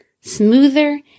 smoother